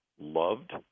loved